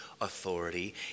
authority